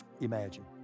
imagine